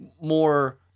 more